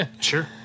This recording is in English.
Sure